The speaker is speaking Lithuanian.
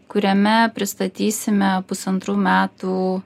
kuriame pristatysime pusantrų metų